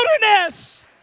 wilderness